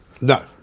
No